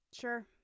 Sure